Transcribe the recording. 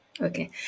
okay